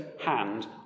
hand